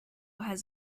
has